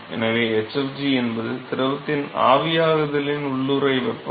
எனவே hfg என்பது திரவத்தின் ஆவியாதலின் உள்ளூறை வெப்பம்